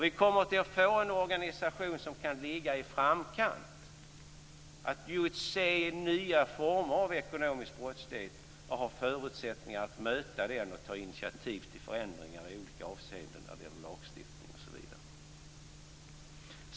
Vi kommer att få en organisation som kan ligga i framkant, att just se nya former av ekonomisk brottslighet och ha förutsättningar att möta brottsligheten och ta initiativ till förändringar i olika avseenden i lagstiftning osv.